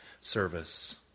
service